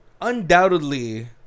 undoubtedly